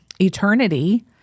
eternity